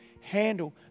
handle